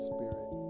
Spirit